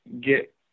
get